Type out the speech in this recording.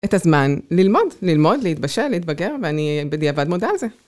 את הזמן ללמוד, ללמוד, להתבשל, להתבגר, ואני בדיעבד מודה על זה.